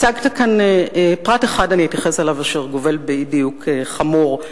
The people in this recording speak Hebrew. אתייחס כאן לפרט אחד שגובל באי-דיוק חמור.